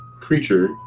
creature